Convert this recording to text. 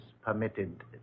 permitted